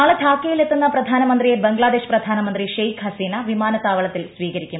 നാളെ ധാക്കയിൽ എത്തുന്ന പ്രധാനമന്ത്രിയെ ബംഗ്ലാദേശ് പ്രധാനമന്ത്രി ഷെയ്ഖ് ഹസീന വിമാനത്ത്ാവളത്തിൽ സ്വീകരിക്കും